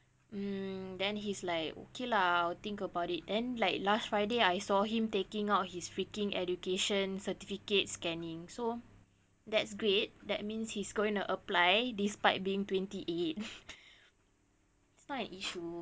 mm then he's like okay lah I'll think about it then like last friday I saw him taking out his freaking education certificate scanning so that's great that means he's going to apply despite being twenty eight it's not an issue